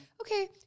okay